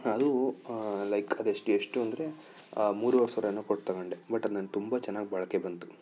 ಅದು ಲೈಕ್ ಅದೆಷ್ಟು ಎಷ್ಟು ಅಂದರೆ ಮೂರೂವರೆ ಸಾವಿರ ಏನೋ ಕೊಟ್ಟು ತಗೊಂಡೆ ಬಟ್ ಅದು ನನ್ಗೆ ತುಂಬ ಚೆನ್ನಾಗಿ ಬಾಳಿಕೆ ಬಂತು